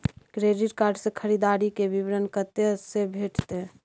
Credit card से खरीददारी के विवरण कत्ते से भेटतै?